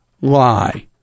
lie